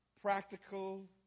practical